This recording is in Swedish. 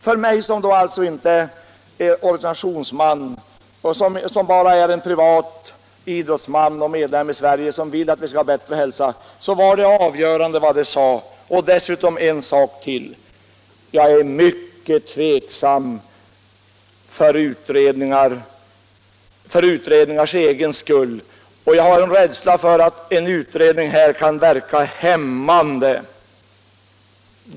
För mig som inte är organisationsman utan som bara är privat idrottsman och medborgare i Sverige och som vill att vi skall ha bättre hälsa, är det alltså avgörande vad dessa förbund säger. Dessutom är jag mycket tveksam till utredningar för utredningars egen skull. Jag är rädd för att en utredning här skall verka hämmande.